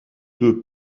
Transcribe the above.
deux